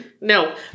No